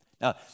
Now